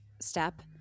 step